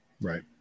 Right